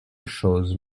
chose